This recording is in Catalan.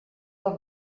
del